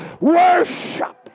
worship